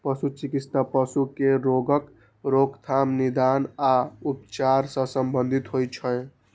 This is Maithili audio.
पशु चिकित्सा पशु केर रोगक रोकथाम, निदान आ उपचार सं संबंधित होइ छै